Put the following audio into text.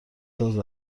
ساز